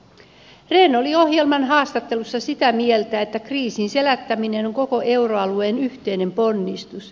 rehn oli ohjelman haastattelussa sitä mieltä että kriisin selättäminen on koko euroalueen yhteinen ponnistus